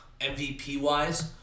MVP-wise